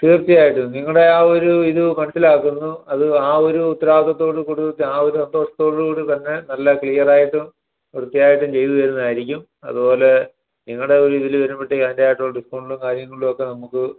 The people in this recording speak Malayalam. തീർച്ചയായിട്ടും നിങ്ങളുടെ ആ ഒരു ഇത് മനസ്സിലാക്കുന്നു അത് ആ ഒരു ഉത്തരവാദിത്വത്തോട് കൂടിയിട്ട് ആ ഒരു സന്തോഷത്തോടുകൂടി തന്നെ നല്ല ക്ലിയറായിട്ടും വൃത്തിയായിട്ടും ചെയ്തു തരുന്നതായിരിക്കും അതുപോലെ നിങ്ങളുടെ ഒരു ഇതിൽ വരുമ്പോഴത്തേക്കും അതിൻറ്റേതായിട്ടുള്ള ഡിസ്കൗണ്ടിലും കാര്യങ്ങളിലുവൊക്കെ നമുക്ക്